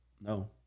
No